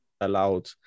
allowed